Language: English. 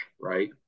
Right